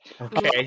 Okay